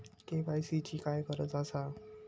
KYC ची काय गरज आसा?